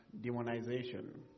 demonization